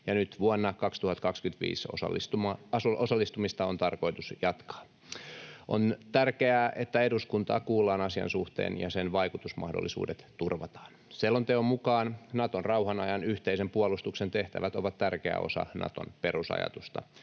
ja nyt vuonna 2025 osallistumista on tarkoitus jatkaa. On tärkeää, että eduskuntaa kuullaan asian suhteen ja sen vaikutusmahdollisuudet turvataan. Selonteon mukaan Naton rauhan ajan yhteisen puolustuksen tehtävät ovat tärkeä osa Naton perusajatusta,